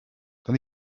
then